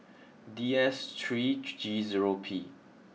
D S three G zero P